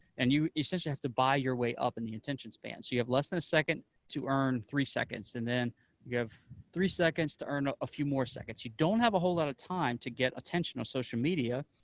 and you essentially have to buy your way up in the attention span. you have less than a second to earn three seconds, and then you have three seconds to earn ah a few more seconds. you don't have a whole lot of time to get attention on social media,